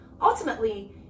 ultimately